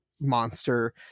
monster